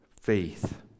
faith